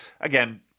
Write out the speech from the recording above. again